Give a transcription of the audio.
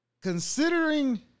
Considering